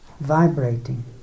vibrating